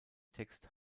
text